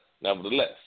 nevertheless